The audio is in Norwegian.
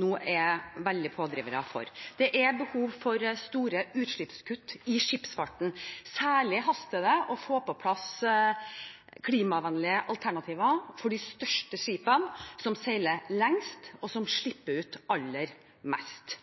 nå er veldig sterke pådrivere for. Det er behov for store utslippskutt i skipsfarten. Særlig haster det å få på plass klimavennlige alternativer for de største skipene, som seiler lengst, og som slipper ut aller mest.